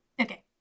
Okay